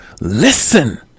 listen